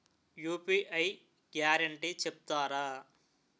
UPI guarantee చెప్తారా?